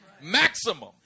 maximum